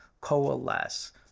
coalesce